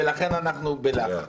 ולכן אנחנו בלחץ.